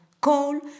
coal